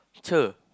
cher